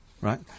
Right